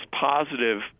positive